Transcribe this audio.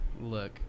Look